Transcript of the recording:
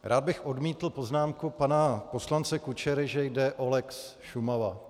Rád bych odmítl poznámku pana poslance Kučery, že jde o lex Šumava.